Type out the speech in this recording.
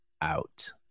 out